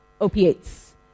opiates